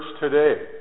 today